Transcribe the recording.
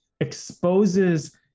exposes